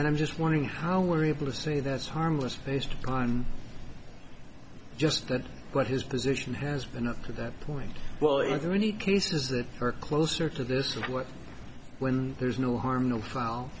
and i'm just wondering how we're able to say that's harmless based on just what his position has been up to that point well into any cases that are closer to this one when there's no harm no foul